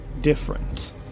Different